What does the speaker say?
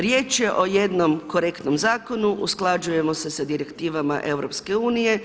Riječ je o jednom korektnom zakonu, usklađujemo se sa direktivama EU.